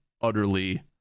utterly